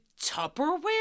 Tupperware